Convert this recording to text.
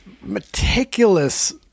meticulous